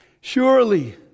Surely